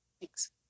Thanks